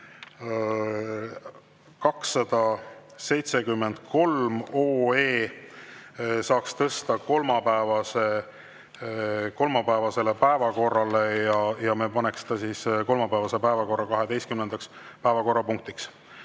273 OE, saaks tõsta kolmapäevasele päevakorrale ja me paneks ta siis kolmapäevase päevakorra 12. päevakorrapunktiks. Need